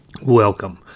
Welcome